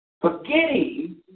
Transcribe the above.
forgetting